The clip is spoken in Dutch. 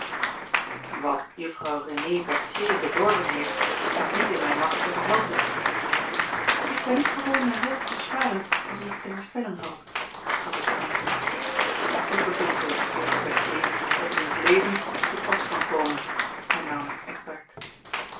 wat juffrouw renée berthier bedorven heeft staat niet in mijne macht te verhelpen ik ben niet gewoon mij zelve te sparen als er iets te herstellen valt gaf ik ten antwoord een goed beginsel juffrouw berthier dat u in het leven te pas kan komen hernam eckbert